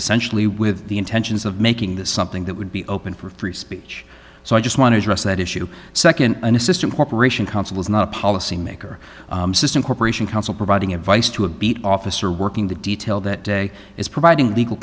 as sensually with the intentions of making this something that would be open for free speech so i just want to address that issue second an assistant cooperation council is not a policymaker system corporation counsel providing advice to a beat officer working the detail that day is providing legal